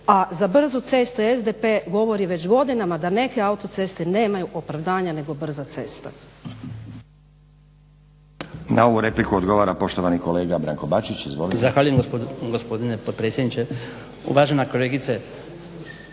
a za brzu cestu SDP govori već godinama, da neke autoceste nemaju opravdanja nego brza cesta. **Stazić, Nenad (SDP)** Na ovu repliku odgovara poštovani kolega Branko Bačić. Izvolite. **Bačić, Branko (HDZ)** Zahvaljujem gospodine potpredsjedniče, uvažena kolegice